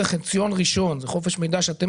בחציון הראשון ב-2018 לפי חופש המידע שאתם